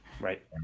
Right